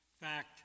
fact